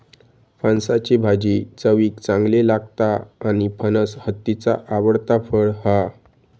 फणसाची भाजी चवीक चांगली लागता आणि फणस हत्तीचा आवडता फळ हा